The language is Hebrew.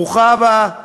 ברוכה הבאה.